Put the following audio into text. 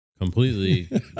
completely